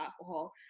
alcohol